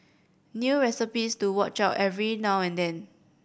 new recipes to watch out for every now and then